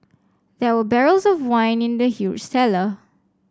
there were barrels of wine in the huge cellar